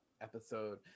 episode